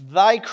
thy